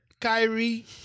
Kyrie